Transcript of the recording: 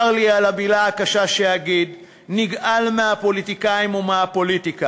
צר לי על המילה הקשה שאגיד נגעל מהפוליטיקאים ומהפוליטיקה,